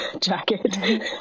jacket